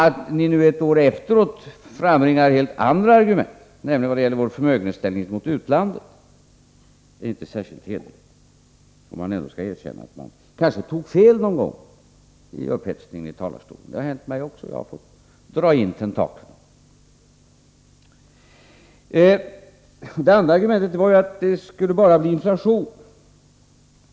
Att ni nu ett år efteråt framför helt andra argument, nämligen när det gäller vår förmögenhetsställning gentemot utlandet, är det inte särskilt hederligt. Om man ändå någon gång kunde erkänna att man tagit fel i upphetsningen i talarstolen. Det har hänt mig också att jag måst dra in tentaklerna. Ett annat argument var att devalveringen skulle skapa inflation.